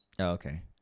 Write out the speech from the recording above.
Okay